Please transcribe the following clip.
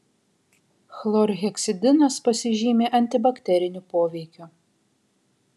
chlorheksidinas pasižymi antibakteriniu poveikiu